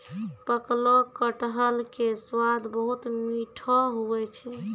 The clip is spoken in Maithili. पकलो कटहर के स्वाद बहुत मीठो हुवै छै